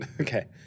Okay